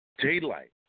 Daylight